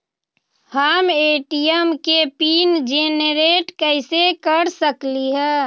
हम ए.टी.एम के pin generate कईसे कर सकली ह?